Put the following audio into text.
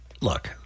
look